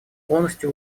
полностью